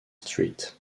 street